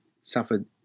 suffered